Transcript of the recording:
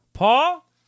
Paul